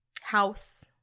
House